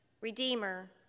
redeemer